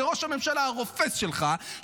זה ראש הממשלה הרופס שלך,